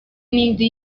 n’indi